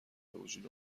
بوجود